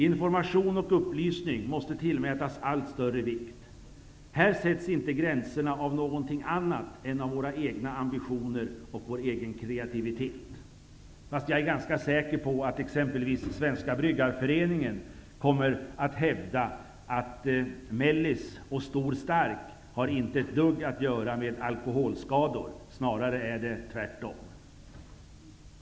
Information och upplysning måste tillmätas allt större vikt. Gränserna sätts inte av något annat än av våra egna ambitioner och vår egen kreativitet. Jag är ganska säker på att exempelvis Svenska Bryggarföreningen kommer att hävda att ''mellis'' och ''stor stark'' inte har något med alkoholskador att göra, snarare tvärtom.